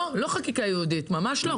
לא, לא חקיקה ייעודית, ממש לא.